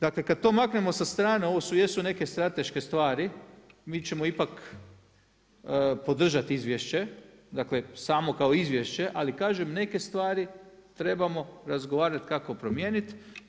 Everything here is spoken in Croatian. Dakle kada to maknemo s strane, ovo su, jesu neke strateške stvari, mi ćemo ipak podržati izvješće, dakle samo kao izvješće, ali kažem neke stvari trebamo razgovarati kako promijeniti.